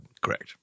Correct